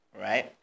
Right